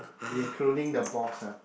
including the boss ah